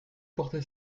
porter